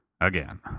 Again